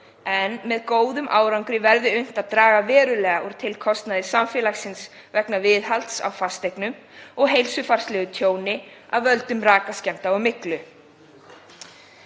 en með góðum árangri væri unnt að draga verulega úr tilkostnaði samfélagsins vegna viðhalds á fasteignum og heilsufarslegu tjóni af völdum rakaskemmda og myglu.